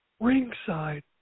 Ringside